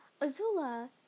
Azula